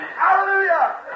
Hallelujah